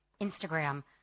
Instagram